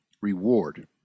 reward